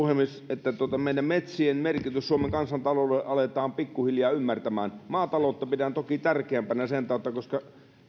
että meidän metsien merkitys suomen kansantaloudelle aletaan pikkuhiljaa ymmärtämään maataloutta pidän toki tärkeämpänä sen takia koska